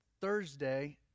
Thursday